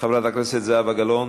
חברת הכנסת זהבה גלאון.